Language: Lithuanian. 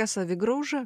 kas savigrauža